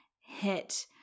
hit